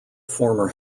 former